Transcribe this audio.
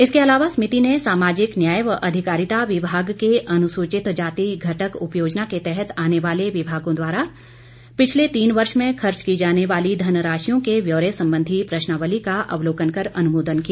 इसके अलावा समिति ने सामाजिक न्याय व अधिकारिता विभाग के अनुसूचित जाति घटक उपयोजना के तहत आने वाले विभागों द्वारा पिछले तीन वर्ष में खर्च की जाने वाली धन राशियों के ब्योरे संबंधी प्रश्नावली का अवलोकन कर अनुमोदन किया